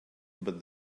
but